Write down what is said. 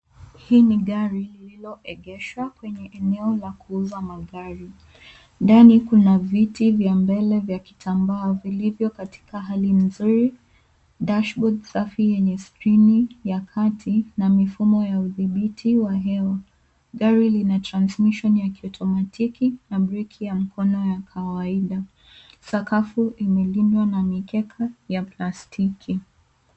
Huu ni gari lililoegeshwa kwenye eneo la kuuza magari. Ndani kuna viti vya mbele vya kitambaa vilivyo katika hali nzuri dashboard safi enye skrini ya kati na mfumo ya udhibiti wa hewa. Gari lina transmission ya automatic na breki ya mkono ya kawaida. Sakafu imelindwa na mikeka ya plastiki.